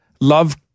love